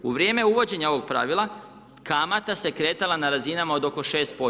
U vrijeme uvođenja ovog pravila kamata se kretala na razinama od oko 6%